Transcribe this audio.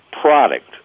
product